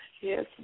Yes